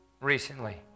recently